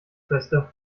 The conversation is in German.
beste